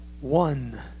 one